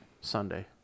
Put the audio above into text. Sunday